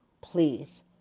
please